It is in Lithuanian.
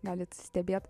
galit stebėt